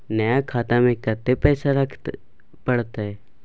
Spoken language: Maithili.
नया खाता में कत्ते पैसा रखे परतै?